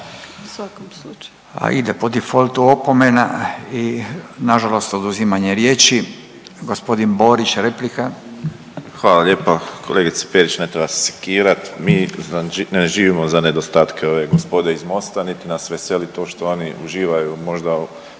ide po difoltu opomena i na žalost oduzimanje riječi. Gospodin Borić, replika. **Borić, Josip (HDZ)** Hvala lijepa. Kolegice Perić ne treba se sekirati. Mi ne živimo za nedostatke ove gospode iz MOST-a, niti nas veseli to što oni uživaju možda u